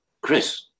Chris